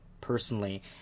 Personally